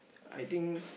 I think